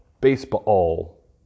baseball